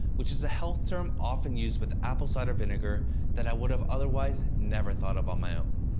which is a health term often used with apple cider vinegar that i would have otherwise never thought of on my own.